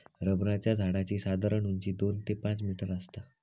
रबराच्या झाडाची साधारण उंची दोन ते पाच मीटर आसता